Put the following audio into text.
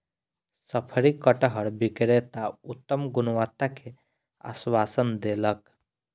शफरी कटहर विक्रेता उत्तम गुणवत्ता के आश्वासन देलक